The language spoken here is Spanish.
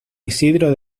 isidro